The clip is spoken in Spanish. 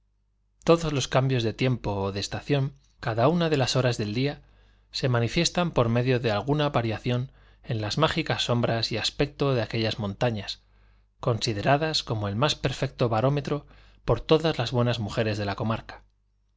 todos los cambios de tiempo o de estación cada una de las horas del día se manifiestan por medio de alguna variación en las mágicas sombras y aspecto de aquellas montañas consideradas como el más perfecto barómetro por todas las buenas mujeres de la comarca